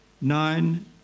Nine